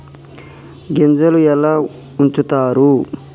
గింజలు ఎలా ఉంచుతారు?